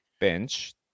bench